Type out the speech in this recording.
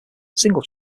single